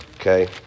Okay